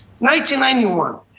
1991